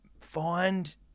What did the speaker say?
Find